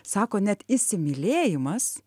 sako net įsimylėjimas